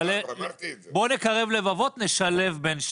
--- בואו נקרב לבבות ונשלב בין שניהם.